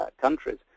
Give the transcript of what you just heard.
countries